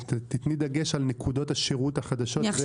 תשימי דגש על נקודות השירות החדשות.